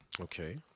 Okay